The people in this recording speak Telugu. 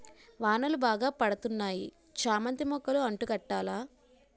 వానలు బాగా పడతన్నాయి చామంతి మొక్కలు అంటు కట్టాల